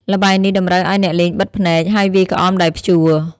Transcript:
ល្បែងនេះតម្រូវឲ្យអ្នកលេងបិទភ្នែក ហើយវាយក្អមដែលព្យួរ។